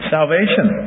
Salvation